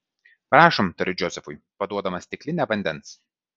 prašom tariu džozefui paduodama stiklinę vandens